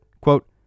Quote